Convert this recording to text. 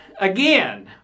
again